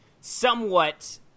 somewhat